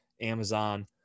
Amazon